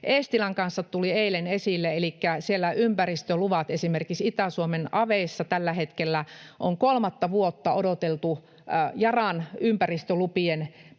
Eestilän kanssa tuli eilen esille, elikkä ympäristöluvat. Esimerkiksi Itä-Suomen aveissa tällä hetkellä on kolmatta vuotta odoteltu Yaran ympäristölupien päätöksiä.